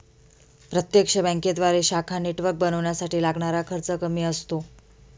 प्रत्यक्ष बँकेद्वारे शाखा नेटवर्क बनवण्यासाठी लागणारा खर्च कमी असतो